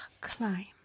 climb